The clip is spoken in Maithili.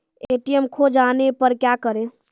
ए.टी.एम खोजे जाने पर क्या करें?